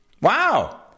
Wow